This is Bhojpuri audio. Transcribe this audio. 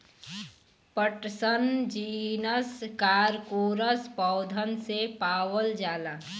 पटसन जीनस कारकोरस पौधन से पावल जाला